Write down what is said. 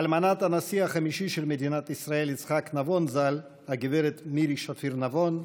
אלמנת הנשיא החמישי של מדינת ישראל יצחק נבון ז"ל הגברת מירי שפיר נבון,